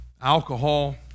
alcohol